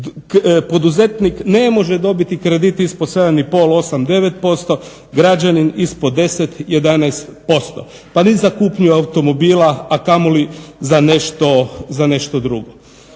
poduzetnik ne može dobiti kredit ispod 7,5%, 8%, 9% građanin ispod 10%, 11% pa ni za kupnju automobila, a kamoli za nešto drugo.